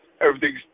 everything's